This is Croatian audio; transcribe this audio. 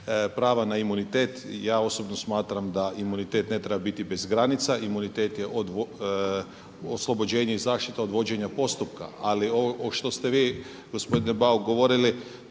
prava na imunitet. Ja osobno smatram da imunitet ne treba biti bez granica, imunitet je oslobođenje i zaštita od vođenja postupka. Ali ovo što ste vi gospodine Bauk govorili